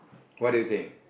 what do you think